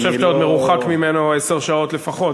אני חושב שאתה עוד מרוחק ממנו עשר שעות לפחות,